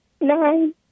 Nine